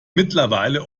mittlerweile